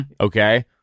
okay